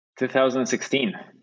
2016